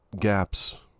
gaps